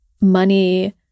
money